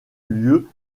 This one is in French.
lieu